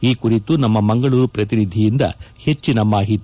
ಈ ಕುರಿತು ನಮ್ಮ ಮಂಗಳೂರು ಪ್ರತಿನಿಧಿಯಿಂದ ಹೆಚ್ಚಿನ ಮಾಹಿತಿ